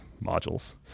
modules